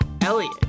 Elliot